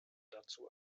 dazu